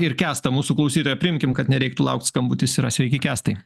ir kęstą mūsų klausytoją priimkim kad nereiktų laukt skambutis yra sveiki kęstai